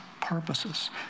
purposes